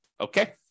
okay